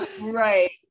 Right